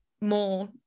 more